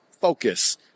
focus